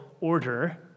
order